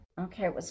Okay